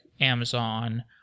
Amazon